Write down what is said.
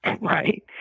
Right